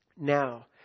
Now